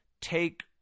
take